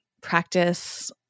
practice